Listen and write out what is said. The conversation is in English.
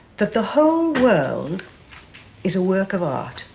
that the whole world is a work of art